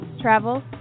travel